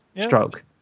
stroke